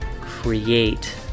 create